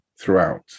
throughout